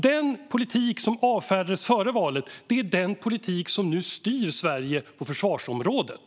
Den politik som avfärdades före valet är alltså den politik som nu styr Sverige på försvarsområdet.